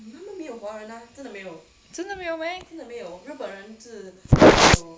真的没有 meh